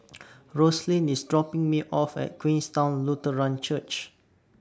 Roselyn IS dropping Me off At Queenstown Lutheran Church